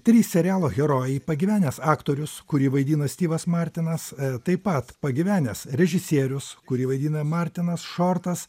trys serialo herojai pagyvenęs aktorius kurį vaidina styvas martinas taip pat pagyvenęs režisierius kurį vaidina martinas šortas